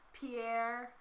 Pierre